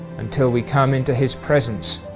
until we come into his presence,